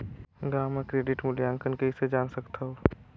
गांव म क्रेडिट मूल्यांकन कइसे जान सकथव?